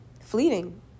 Fleeting